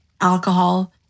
alcohol